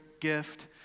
gift